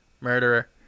Murderer